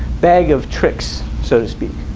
bag of tricks so to speak.